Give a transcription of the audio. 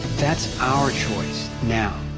that's our choice, now!